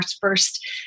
first